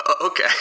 Okay